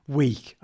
week